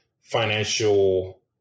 financial